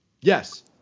yes